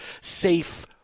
safe –